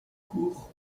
cour